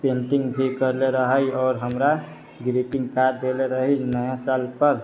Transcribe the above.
painting भी करले रहै आओर हमरा ग्रीटिंग कार्ड देले रहै नया सालपर